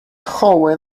hallway